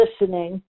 listening